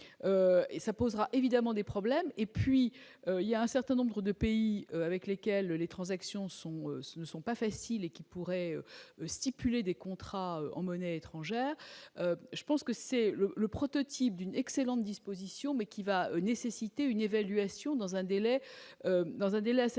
et ça posera évidemment des problèmes et puis il y a un certain nombre de pays avec lesquels les transactions sont, ce ne sont pas faciles et qui pourrait stipuler des contrats en monnaie étrangère, je pense que c'est le prototype d'une excellente disposition mais qui va nécessiter une évaluation dans un délai dans un